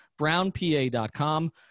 brownpa.com